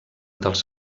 dels